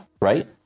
right